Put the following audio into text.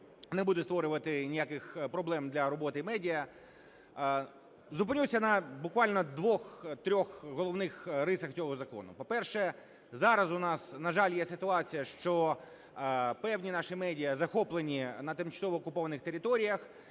не буде створювати ніяких проблем для роботи медіа. Зупинюся на буквально двох-трьох головних рисах цього закону. По-перше, зараз у нас, на жаль, є ситуація, що певні наші медіа захоплені на тимчасово окупованих територіях